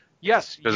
Yes